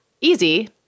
easy